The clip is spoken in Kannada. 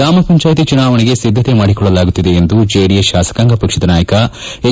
ಗ್ರಾಮಪಂಚಾಯಿತಿ ಚುನಾವಣೆಗೆ ಸಿದ್ದತೆ ಮಾಡಿಕೊಳ್ಳಲಾಗುತ್ತಿದೆ ಎಂದು ಜೆಡಿಎಸ್ ಶಾಸಕಾಂಗ ಪಕ್ಷದ ನಾಯಕ ಎಚ್